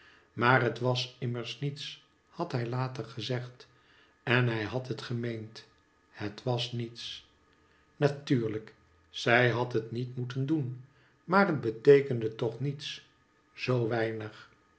maar het was immers niets had hij later gezegd en hij had het gemeend het was niets natuurlijk zij had het niet moeten doen maar het beteekende toch niets zoo weinig